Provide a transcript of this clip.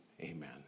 Amen